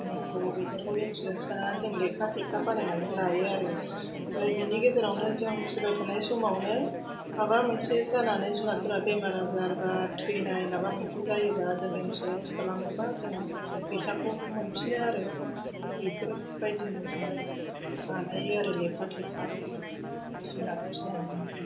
मोसौ बेफोरखौ इन्सुरेन्स बानायनानै जों लेखा थेखा बानायनानै लायो आरो ओमफ्राय बेनि गेजेरावनो जों फिबाय थानाय समावनो माबा मोनसे जानानै जुनादफोरा बेमार आजार बा थैनाय माबा मोनसे जायोबा जों इन्सुरेन्स खालामोबा जों फैसाखौ मोनफिनो आरो बेफोरबायदिनो जों बानायो आरो लेखा थेखा जुनाद फिनायनि थाखाय